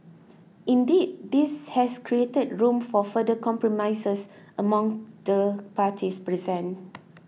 indeed this has created room for further compromises amongst the parties present